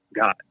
god